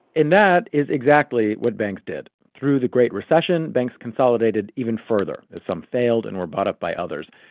and that is exactly what banks did. through the great recession, banks consolidated even further as some failed and were bought up by others.